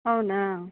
అవునా